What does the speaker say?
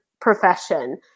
profession